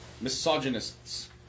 misogynists